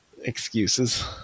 excuses